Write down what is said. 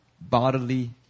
bodily